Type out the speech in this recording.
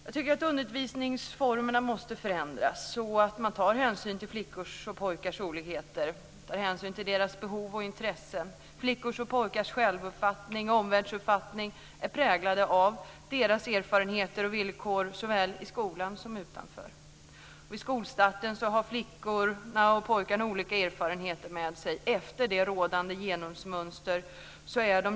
Jag tycker att undervisningsformerna måste förändras, så att man tar hänsyn till flickors och pojkars olikheter, behov och intressen. Flickors och pojkars självuppfattning och omvärldsuppfattning är präglade av deras erfarenheter och villkor såväl i skolan som utanför. Vid skolstarten har flickorna och pojkarna olika erfarenheter med sig efter rådande genusmönster.